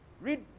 read